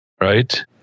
right